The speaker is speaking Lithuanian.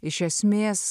iš esmės